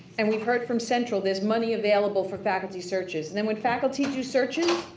and we've heard from central, there's money available for faculty searches. then when faculty do searches,